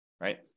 right